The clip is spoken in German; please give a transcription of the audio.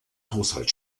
haushalt